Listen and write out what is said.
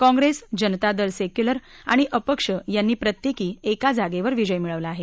Congress Janata Dal Secular आणि अपक्ष यांनी प्रत्येकी एका जागेवर विजय मिळवला आहे